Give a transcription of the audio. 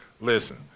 Listen